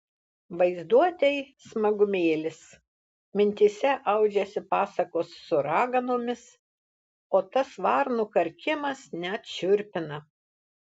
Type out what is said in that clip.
vaizduotei smagumėlis mintyse audžiasi pasakos su raganomis o tas varnų karkimas net šiurpina